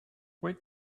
wait